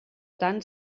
tant